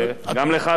גם לך,